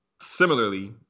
similarly